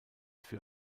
für